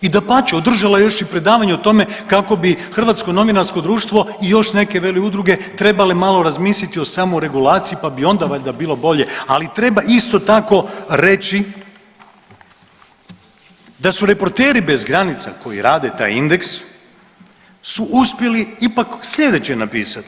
I dapače održala je još i predavanje o tome kako bi Hrvatsko novinarsko društvo i još neke veli udruge trebale malo razmisliti o samoregulaciji pa bi onda valjda bilo bolje, ali treba isto tako reći da su reporteri bez granica koji rade taj indeks, su uspjeli ipak slijedeće napisati.